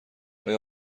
آیا